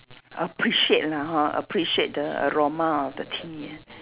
appreciate lah hor appreciate the aroma of the tea